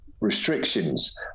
restrictions